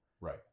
Right